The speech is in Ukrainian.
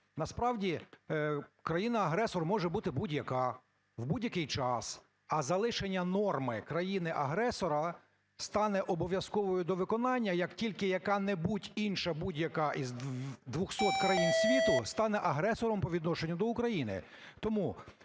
Насправді країна-агресор може бути будь-яка в будь-який час. А залишення норми "країни-агресора" стане обов'язковою до виконання, як тільки яка-небудь інша, будь-яка із 200 країн світу стане агресором по відношенню до України.